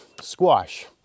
squash